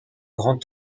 grand